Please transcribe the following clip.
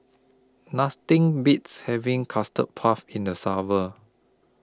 Nothing Beats having Custard Puff in The